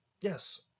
Yes